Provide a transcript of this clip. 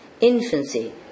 infancy